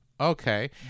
okay